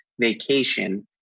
vacation